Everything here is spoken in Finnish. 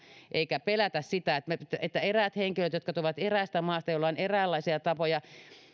eikä pelätä sitä eräät henkilöt jotka tulevat eräästä maasta joilla on eräänlaisia tapoja